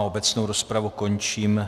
Obecnou rozpravu končím.